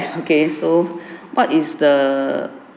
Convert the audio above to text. okay so what is the